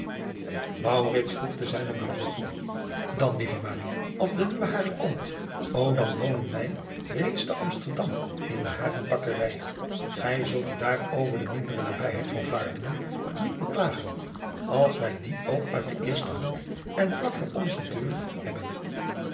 voegde zijne toe an lieve als de nieuwe aring komt o dan wonen wij reeds te msterdam in de aringpakkerij gij zult u daar over de mindere nabijheid van laardingen niet beklagen als wij die ook uit de eerste hand en vlak voor onze deur hebben